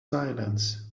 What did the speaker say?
silence